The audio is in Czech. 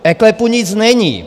V eKLEPu nic není.